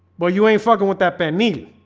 well, you ain't fucking with that pan me,